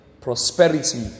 prosperity